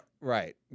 Right